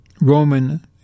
Roman